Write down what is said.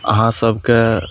अहाँ सभके